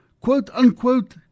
quote-unquote